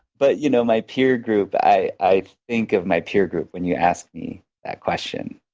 but you know my peer group, i i think of my peer group when you ask me that question.